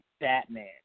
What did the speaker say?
Batman